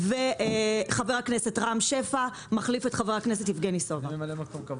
וחבר הכנסת רם שפע מחליף את חבר הכנסת יבגני סובה.